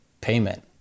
payment